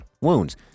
wounds